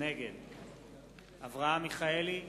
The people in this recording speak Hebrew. נגד אברהם מיכאלי,